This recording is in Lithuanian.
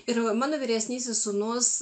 ir mano vyresnysis sūnus